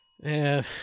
Man